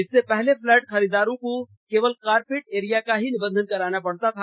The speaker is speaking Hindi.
इससे पहले फलैट खरीदारों को केवल कारपेट एरिया का ही निबंधन कराना पडता था